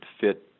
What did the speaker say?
fit